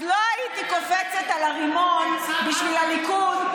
אז לא הייתי קופצת על הרימון בשביל הליכוד,